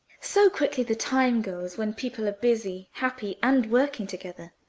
so quickly the time goes, when people are busy, happy, and working together.